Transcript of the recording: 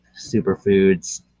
superfoods